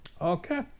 Okay